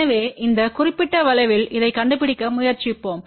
எனவே இந்த குறிப்பிட்ட வளைவில் இதைக் கண்டுபிடிக்க முயற்சிப்போம்